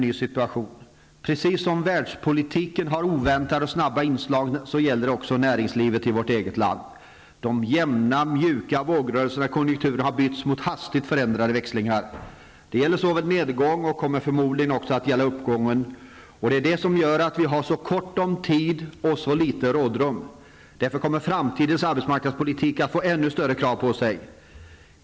På samma sätt som världspolitiken har oväntade och snabba inslag gäller det också näringslivet i vårt eget land. De jämna och mjuka vågrörelserna i konjunkturen har bytts ut mot hastigt förändrade växlingar. Det gäller nedgång, och det kommer förmodlingen att gälla även uppgång. Därför har vi så kort tid och så litet rådrum. Därför kommer framtidens arbetsmarknadspolitik att få ännu större krav på sig.